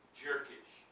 jerkish